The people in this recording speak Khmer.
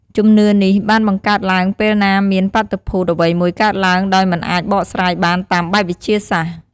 ជំនឿនេះបានបង្កើតឡើងពេលណាមានបាតុភូតអ្វីមួយកើតឡើងដោយមិនអាចបកស្រាយបានតាមបែបវិទ្យាសាស្ត្រ។